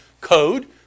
code